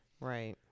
right